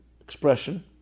expression